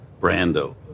Brando